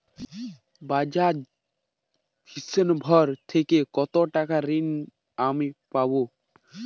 বাজাজ ফিন্সেরভ থেকে কতো টাকা ঋণ আমি পাবো?